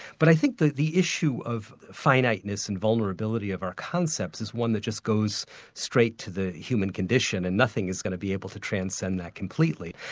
but i think that the issue of finiteness and vulnerability of our concepts is one that just goes straight to the human condition, and nothing is going to be able to transcend that completely.